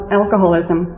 alcoholism